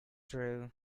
true